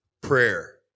prayer